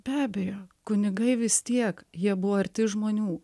be abejo kunigai vis tiek jie buvo arti žmonių